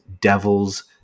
devil's